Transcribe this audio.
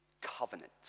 covenant